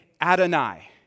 Adonai